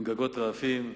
עם גגות רעפים.